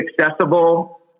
accessible